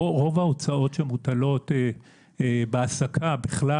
רוב ההוצאות שמוטלות בהעסקה בכלל,